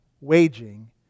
waging